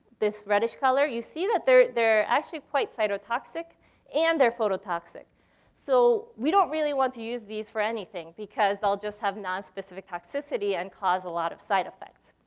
this reddish color, you see that they're they're actually quite cytotoxic and they're phototoxic so we don't really want to use these for anything, because they'll just have non-specific toxicity and cause a lot of side effects.